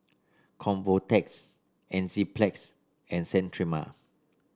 Convatec Enzyplex and Sterimar